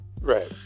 Right